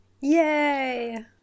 Yay